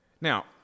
Now